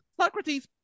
Socrates